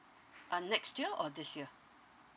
uh next year or this year